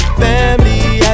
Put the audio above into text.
family